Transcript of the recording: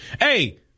Hey